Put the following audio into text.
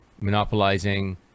monopolizing